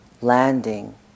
landing